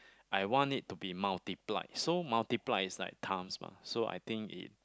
I want it to be multiplied so multiplied is like times mah so I think it